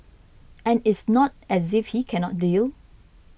and it's not as if he cannot deal